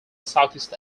southeast